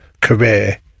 career